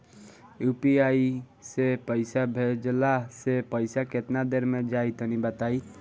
UPI से पईसा भेजलाऽ से पईसा केतना देर मे जाई तनि बताई?